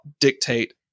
dictate